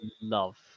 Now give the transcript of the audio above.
love